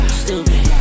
stupid